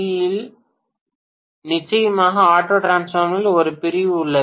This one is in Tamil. எல் நிச்சயமாக ஆட்டோ டிரான்ஸ்பார்மரில் ஒரு பிரிவு உள்ளது